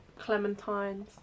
clementines